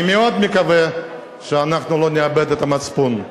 אני מאוד מקווה שאנחנו לא נאבד את המצפון.